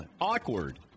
awkward